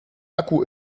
akku